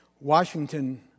Washington